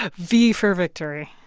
ah v for victory